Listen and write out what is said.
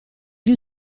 gli